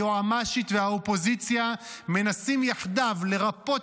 היועמ"שית והאופוזיציה מנסים יחדיו לרפות